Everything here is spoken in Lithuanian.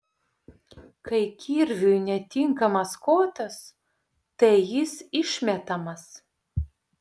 kai kirviui netinkamas kotas tai jis išmetamas